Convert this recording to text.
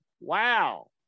Wow